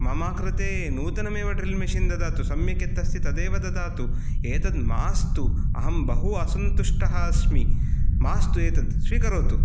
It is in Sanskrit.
मम कृते नूतनमेव ड्रील् मशीन् ददातु सम्यक् यत् अस्ति तदेव ददातु एतद् मास्तु अहं बहु असन्तुष्टः अस्मि मास्तु एतद् स्वीकरोतु